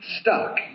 stuck